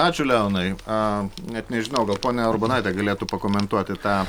ačiū leonai a net nežinau gal ponia urbonaitė galėtų pakomentuoti tą